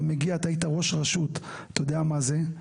אתה היית ראש רשות, אתה יודע מה זה.